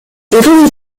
italy